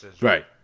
Right